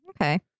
okay